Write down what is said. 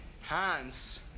Hans